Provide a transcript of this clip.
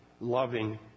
loving